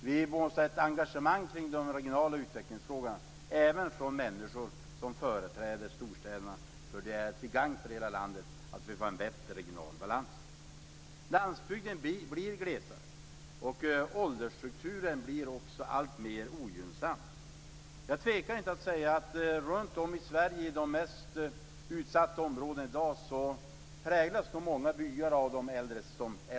Vi borde se ett engagemang kring de regionala utvecklingsfrågorna även från människor som företräder storstäderna, för det är till gagn för hela landet att vi får en bättre regional balans. Landsbygden blir glesare och åldersstrukturen blir alltmer ogynnsam. Jag tvekar inte att säga att i de mest utsatta områdena i Sverige präglas många byar av de äldre.